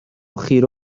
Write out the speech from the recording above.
خیره